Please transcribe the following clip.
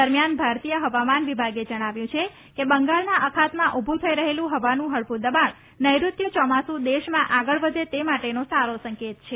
દરમિયાન ભારતીય હવામાન વિભાગે જણાવ્યું છે કે બંગાળના અખાતમાં ઉભુ થઈ રહેલું હવાનું હળવુ દબાણ નૈઋત્ય ચોમાસુ દેશમાં આગળ વધે તે માટેનો સારો સંકેત છે